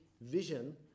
vision